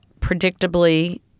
predictably